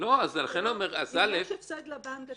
--- לכן אני אומר --- אם יש הפסד לבנק,